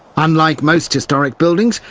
unlike most historic buildings,